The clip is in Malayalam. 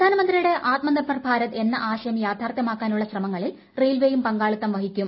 പ്രധാനമന്ത്രിയുടെ ആത്മനിർഭർ ഭാരത് എന്ന ആശയം യാഥാർത്ഥ്യമാക്കാനുള്ള ശ്രമങ്ങളിൽ റെയിൽവേയും പങ്കാളിത്തം വഹിക്കും